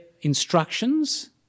instructions